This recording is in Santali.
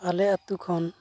ᱟᱞᱮ ᱟᱹᱛᱩ ᱠᱷᱚᱱ